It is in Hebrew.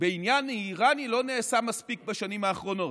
שבעניין האיראני לא נעשה מספיק בשנים האחרונות.